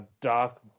dark